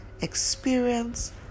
experience